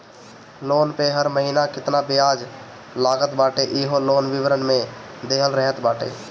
loan पअ हर महिना केतना बियाज लागत बाटे इहो लोन विवरण में देहल रहत बाटे